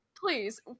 Please